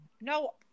no